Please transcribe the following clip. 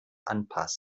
anpasst